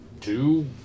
Two